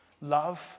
Love